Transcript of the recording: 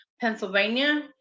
Pennsylvania